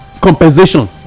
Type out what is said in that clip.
compensation